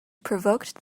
provoked